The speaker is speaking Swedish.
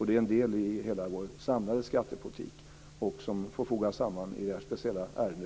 Det är en del i hela vår samlade skattepolitik och som också får fogas samman i detta speciella ärende.